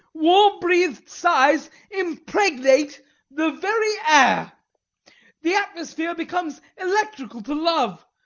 warm-breathed sighs impregnate the very air the atmosphere becomes electrical to love,